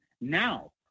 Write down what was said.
Now